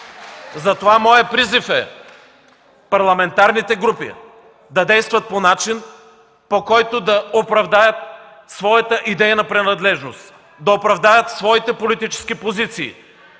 бъдат, моят призив е: парламентарните групи да действат по начин, по който да оправдаят своята идейна принадлежност, да оправдаят своите политически позиции,